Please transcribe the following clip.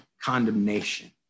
condemnation